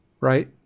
right